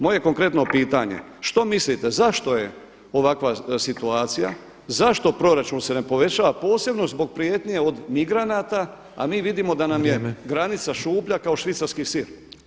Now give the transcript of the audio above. Moje konkretno pitanje, što mislite zašto je ovakva situacija, zašto se proračun ne povećava posebno zbog prijetnje od migranata, a mi vidimo da nam je granica šuplja kao švicarski sir?